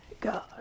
God